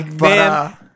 man